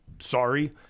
Sorry